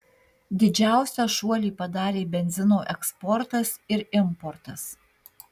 didžiausią šuolį padarė benzino eksportas ir importas